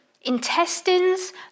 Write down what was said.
intestines